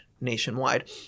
nationwide